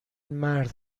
مرد